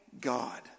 God